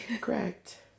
Correct